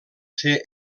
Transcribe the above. ser